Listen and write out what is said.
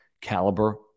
caliber